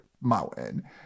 mountain